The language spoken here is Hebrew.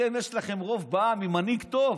אתם, יש לכם רוב בעם עם מנהיג טוב.